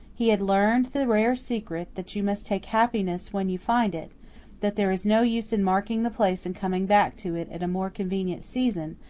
he had learned the rare secret that you must take happiness when you find it that there is no use in marking the place and coming back to it at a more convenient season,